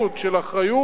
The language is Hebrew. של אחריות,